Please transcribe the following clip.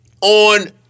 on